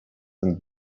and